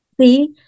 See